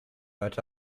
but